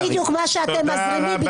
זה בדיוק מה שאתם מזרימים,